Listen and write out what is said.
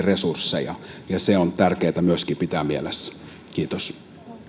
myöskin resursseja ja se on tärkeää myöskin pitää mielessä kiitos